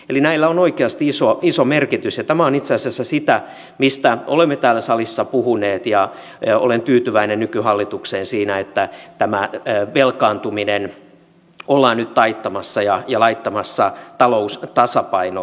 eli näillä on oikeasti iso merkitys ja tämä on itse asiassa sitä mistä olemme täällä salissa puhuneet ja olen tyytyväinen nykyhallitukseen siinä että tämä velkaantuminen ollaan nyt taittamassa ja laittamassa talous tasapainoon